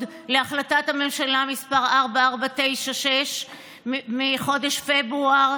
להחלטת הממשלה מס' 4496 מחודש פברואר,